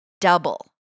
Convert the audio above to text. double